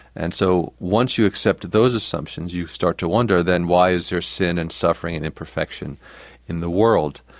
and so once you accepted those assumptions, you start to wonder then why is there sin and suffering and imperfection in the world?